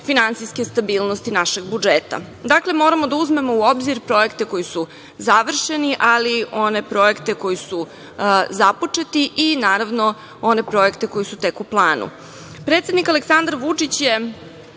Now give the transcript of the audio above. finansijske stabilnosti našeg budžeta. Dakle, moramo da uzmemo u obzir projekte koji su završeni, ali i one projekte koji su započeti i naravno one projekte koji su tek u